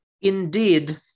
Indeed